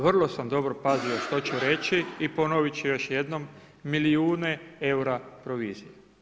Vrlo sam dobro pazio što ću reći i ponovit ću još jednom, milijune eura provizije.